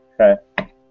Okay